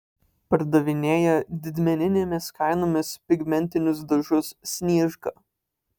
pardavinėja didmeninėmis kainomis pigmentinius dažus sniežka